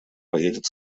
поедет